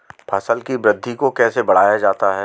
फसल की वृद्धि को कैसे बढ़ाया जाता हैं?